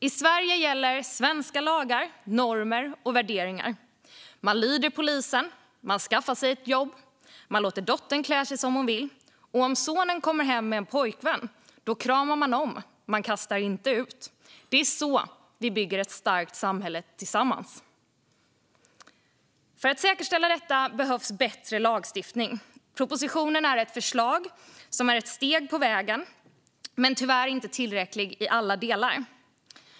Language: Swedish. I Sverige gäller svenska lagar, normer och värderingar. Man lyder polisen. Man skaffar sig ett jobb. Man låter dottern klä sig som hon vill. Om sonen kommer hem med en pojkvän kramar man om honom - man kastar inte ut honom. Det är så vi bygger ett starkt samhälle tillsammans. För att säkerställa detta behövs bättre lagstiftning. Propositionen är ett förslag som är ett steg på vägen, men tyvärr är den inte tillräcklig i alla delar.